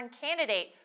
candidate